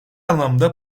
anlamda